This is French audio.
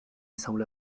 semble